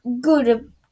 good